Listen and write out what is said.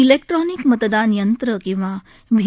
electronic मतदान यंत्र किंवा व्ही